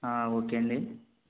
ఒకే అండి